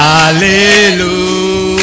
Hallelujah